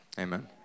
Amen